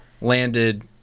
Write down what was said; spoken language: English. landed